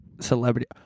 celebrity